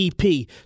EP